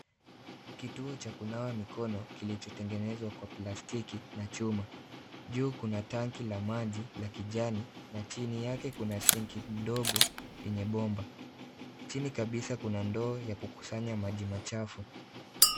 Kituo cha kunawa mikono kilichotengenezwa kwa plastiki na chuma. Juu kuna tanki la maji la kijani na chini yake kuna sinki ndogo yenye bomba. Chini kabisa kuna ndoo ya kukusanya maji machafu.